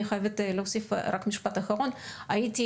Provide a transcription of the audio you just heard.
אני חייבת להוסיף רק משפט אחרון: הייתי